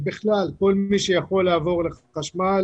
בכלל כל מי שיכול לעבור לחשמל